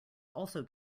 also